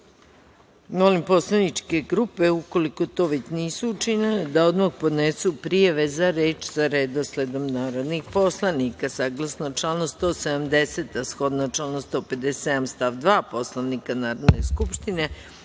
poslaničke grupe, ukoliko to već nisu učinile, da odmah podnesu prijave za reč sa redosledom narodnih poslanika. Saglasno